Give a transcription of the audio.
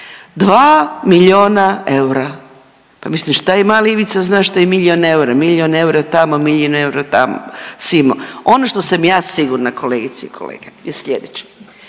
2 milijuna eura. Pa mislim šta i mali Ivica zna šta je milijun eura, milijun eura tamo, milijun eura tamo, simo. Ono što sam ja sigurna, kolegice i kolege je sljedeće.